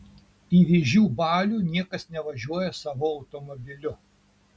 į vėžių balių niekas nevažiuoja savu automobiliu